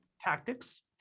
tactics